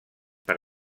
per